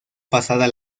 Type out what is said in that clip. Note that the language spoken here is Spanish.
pasada